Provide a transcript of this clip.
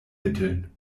mitteln